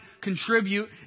Contribute